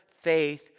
faith